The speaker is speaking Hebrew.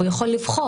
והוא יכול לבחור.